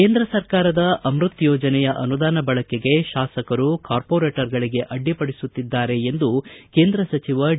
ಕೇಂದ್ರ ಸರ್ಕಾರದ ಅಮೃತ್ ಯೋಜನೆಯ ಅನುದಾನ ಬಳಕೆಗೆ ಶಾಸಕರು ಕಾರ್ಮೋರೇಟರ್ಗಳಗೆ ಅಡ್ಡಿಪಡಿಸುತ್ತಿದ್ದಾರೆ ಎಂದು ಕೇಂದ್ರ ಸಚಿವ ಡಿ